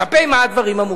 במה הדברים אמורים?